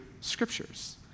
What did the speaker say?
Scriptures